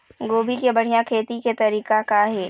गोभी के बढ़िया खेती के तरीका का हे?